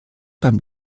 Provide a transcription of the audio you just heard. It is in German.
beim